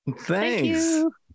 Thanks